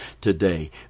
today